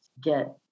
get